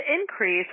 increase